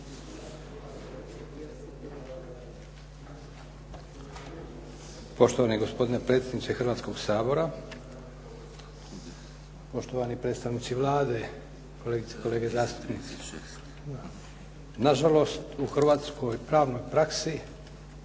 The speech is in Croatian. Poštovani gospodine predsjedniče Hrvatskoga sabora, poštovani predstavnici Vlade, kolegice i kolege zastupnici. Nažalost u hrvatskoj pravnoj praksi